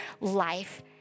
life